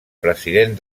president